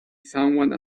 someone